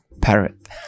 Parrot